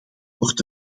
wordt